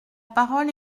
parole